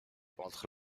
entre